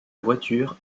voiture